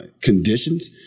conditions